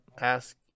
Ask